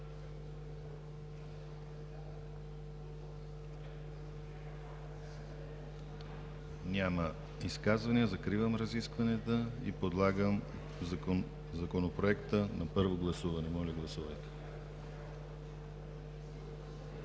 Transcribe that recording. Няма изказвания. Закривам разискванията и подлагам Законопроекта на първо гласуване. Моля, гласувайте.